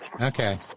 Okay